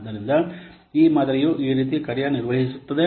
ಆದ್ದರಿಂದ ಈ ಮಾದರಿಯು ಈ ರೀತಿ ಕಾರ್ಯನಿರ್ವಹಿಸುತ್ತದೆ